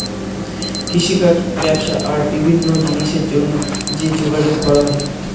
কৃষিকাজ, ব্যবসা আর বিভিন্ন জিনিসের জন্যে যে যোগাযোগ করা হয়